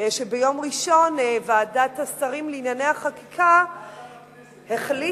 שביום ראשון ועדת השרים לענייני חקיקה החליטה,